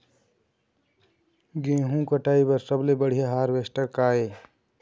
गेहूं कटाई बर सबले बढ़िया हारवेस्टर का ये?